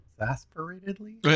exasperatedly